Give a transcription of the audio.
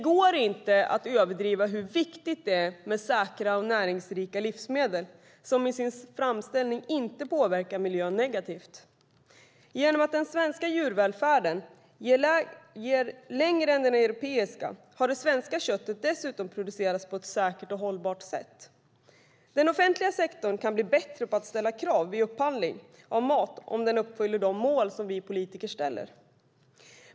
Det går inte att överdriva hur viktigt det är med säkra och näringsrika livsmedel som i sin framställning inte påverkar miljön negativt. Genom att den svenska djurvälfärden går längre än den europeiska har det svenska köttet dessutom producerats på ett säkert och hållbart sätt. Den offentliga sektorn kan bli bättre på att ställa krav vid upphandling av mat så att den uppfyller de mål som vi politiker ställer.